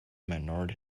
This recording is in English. minority